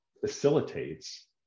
facilitates